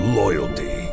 loyalty